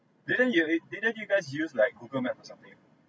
didn't you eh didn't you guys use like google map or something